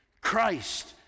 Christ